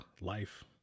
life